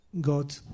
God